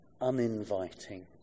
uninviting